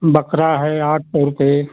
बकरा है आठ सौ रुपये